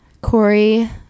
Corey